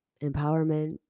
empowerment